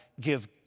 give